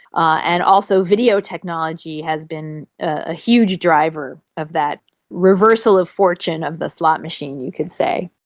and also video technology has been a huge driver of that reversal of fortune of the slot machine, you could say.